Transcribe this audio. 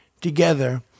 together